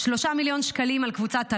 3 מיליון שקלים על קבוצת טלאור,